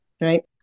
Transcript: right